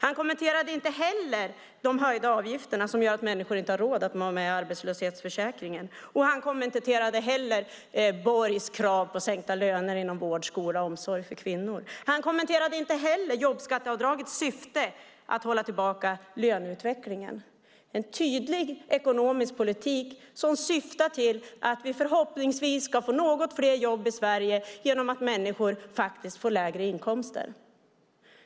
Han kommenterade inte heller de höjda avgifterna, som gör att människor inte har råd att vara med i arbetslöshetsförsäkringen, och han kommenterade inte heller Borgs krav på sänkta löner för kvinnor inom vård, skola och omsorg. Han kommenterade inte heller jobbskatteavdragets syfte, nämligen att hålla tillbaka löneutvecklingen. Det är en tydlig ekonomisk politik som syftar till att vi förhoppningsvis ska få något fler jobb i Sverige genom att människor får lägre inkomster.